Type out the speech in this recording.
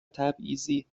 تبعیضی